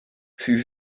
fut